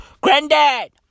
Granddad